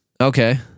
Okay